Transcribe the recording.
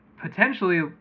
potentially